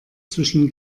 zwischen